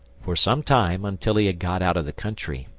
for some time, until he got out of the country,